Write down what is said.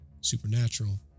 supernatural